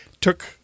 took